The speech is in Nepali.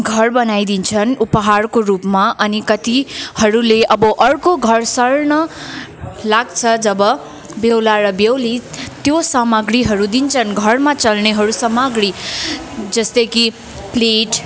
घर बनाइदिन्छन् उपहारको रूपमा अनि कतिहरूले अब अर्को घर सर्न लाग्छ जब बेहुला र बेहुली त्यो सामग्रीहरू दिन्छन् घरमा चल्नेहरू सामग्री जस्तै कि प्लेट